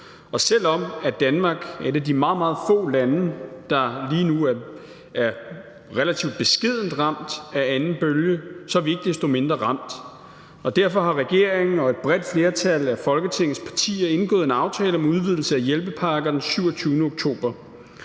selv om Danmark er et af de meget, meget få lande, der lige nu er relativt beskedent ramt af anden bølge, så er vi ikke desto mindre ramt. Derfor har regeringen og et bredt flertal af Folketingets partier indgået en aftale om udvidelse af hjælpepakkerne den 27. oktober.